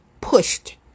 pushed